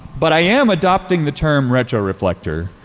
but i am adopting the term retroreflector,